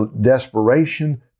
desperation